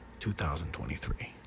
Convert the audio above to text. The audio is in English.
2023